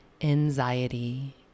anxiety